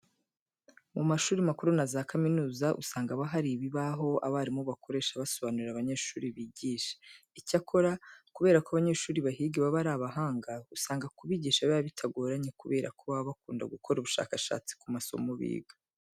Mu mashuri makuru na za kaminuza usanga haba hari ibibaho abarimu bakoresha basobanurira abanyeshuri bigisha. Icyakora kubera ko abanyeshuri bahiga baba ari abahanga, usanga kubigisha biba bitagoranye kubera ko baba bakunda gukora ubushakashatsi ku masomo biga.